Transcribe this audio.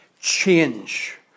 Change